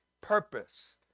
purpose